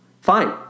Fine